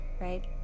right